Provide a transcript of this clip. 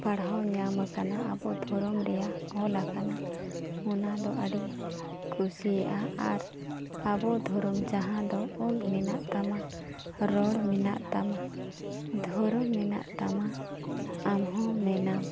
ᱯᱟᱲᱦᱟᱣ ᱧᱟᱢ ᱟᱠᱟᱱᱟ ᱟᱵᱚ ᱫᱷᱚᱨᱚᱢ ᱨᱮᱭᱟᱜ ᱚᱞᱟᱠᱟᱱᱟ ᱚᱱᱟᱫᱚ ᱟᱹᱰᱤᱧ ᱠᱩᱥᱤᱭᱟᱜᱼᱟ ᱟᱨ ᱟᱵᱚ ᱫᱷᱚᱨᱚᱢ ᱡᱟᱦᱟᱸᱫᱚ ᱚᱞ ᱢᱮᱱᱟᱜ ᱛᱟᱢᱟ ᱨᱚᱲ ᱢᱮᱱᱟᱜ ᱛᱟᱢᱟ ᱫᱷᱚᱨᱚᱢ ᱢᱮᱱᱟᱜ ᱛᱟᱢᱟ ᱟᱢᱦᱚᱸ ᱢᱮᱱᱟᱢ